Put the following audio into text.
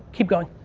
keep going.